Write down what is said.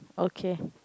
okay